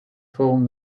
form